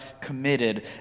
committed